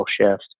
shift